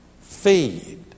Feed